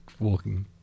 walking